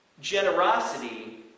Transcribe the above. Generosity